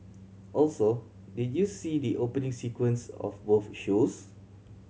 also did you see the opening sequence of both shows